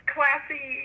Classy